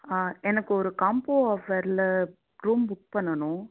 on எனக்கொரு combo ஆஃபர்ல room book பண்ணணும்